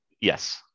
Yes